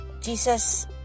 Jesus